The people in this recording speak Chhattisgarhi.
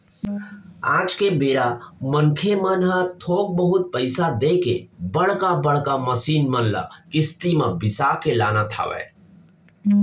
आज के बेरा मनखे मन ह थोक बहुत पइसा देके बड़का बड़का मसीन मन ल किस्ती म बिसा के लानत हवय